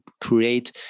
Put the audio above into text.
create